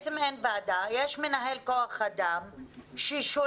בעצם אין ועדה, יש מנהל כוח אדם ששולף